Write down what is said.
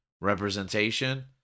representation